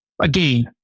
again